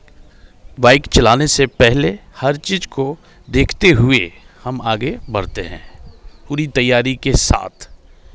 bike चलाने से पहले हर चीज़ को देखते हुए हम आगे बढ़ते हैं पूरी तैयारी के साथ